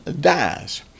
dies